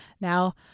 now